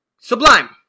Sublime